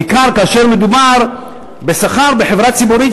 בעיקר כאשר מדובר בשכר בחברה ציבורית,